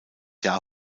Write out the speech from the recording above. jahr